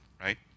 right